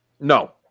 No